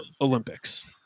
Olympics